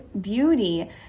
beauty